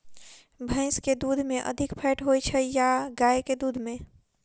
भैंस केँ दुध मे अधिक फैट होइ छैय या गाय केँ दुध में?